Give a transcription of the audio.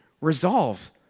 Resolve